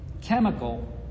chemical